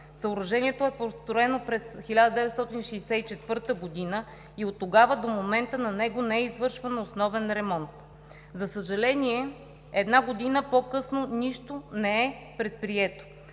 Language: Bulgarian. Съоръжението е построено през 1964 г. и от тогава до момента на него не е извършван основен ремонт. За съжаление, една година по-късно нищо не е предприето.